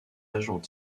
agents